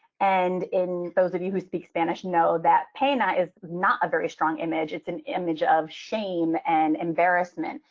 and in those of you who speak spanish know that pena is not a very strong image. it's an image of shame and embarrassment.